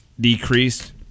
decreased